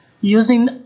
using